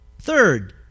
Third